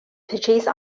purchase